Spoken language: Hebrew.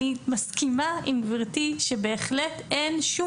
אני מסכימה עם גבירתי שבהחלט אין שום